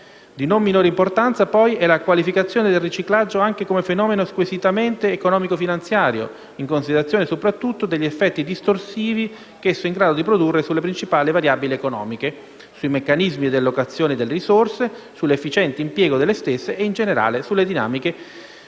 Di non minore importanza, poi, è la qualificazione del riciclaggio anche come fenomeno squisitamente economico-finanziario, in considerazione, soprattutto, degli effetti distorsivi che esso è in grado di produrre sulle principali variabili economiche, sui meccanismi di allocazione delle risorse, sull'efficiente impiego delle stesse e, in generale, sulle dinamiche della ricchezza